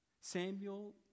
Samuel